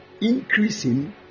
increasing